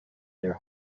their